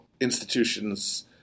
institutions